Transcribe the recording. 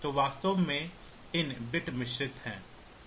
तो वास्तव में इन बिट्स मिश्रित हैं